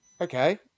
okay